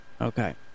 okay